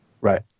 Right